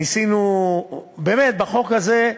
ניסינו באמת בחוק הזה,